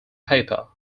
paper